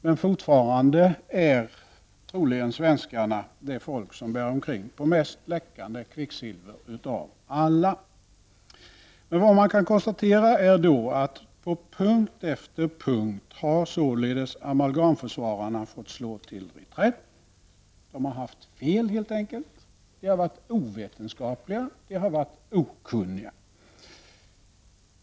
Men fortfarande är troligen svenskarna, jämfört med andra, det folk som bär omkring på mest läckande kvicksilver. Jag kan konstatera att amalgamförsvararna på punkt efter punkt har fått slå till reträtt. De har helt enkelt haft fel. De har varit ovetenskapliga och okunniga.